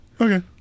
Okay